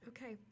Okay